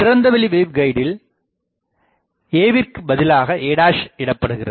திறந்தவெளி வேவ்கைடில் aவிற்கு பதிலாக a இடப்படுகிறது